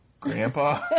Grandpa